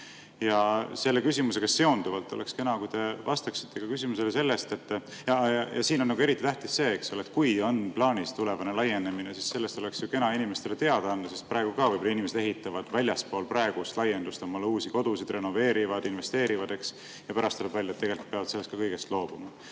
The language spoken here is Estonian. küsimusega seonduvalt oleks kena, kui te vastaksite ka küsimusele sellest, et … Siin on eriti tähtis see, eks ole, et kui on plaanis tulevane laienemine, siis sellest oleks kena inimestele teada anda. Praegu võib-olla inimesed ehitavad väljaspool praegust laiendust omale uusi kodusid, renoveerivad [neid], investeerivad ja pärast tuleb välja, et tegelikult nad peavad sellest kõigest loobuma.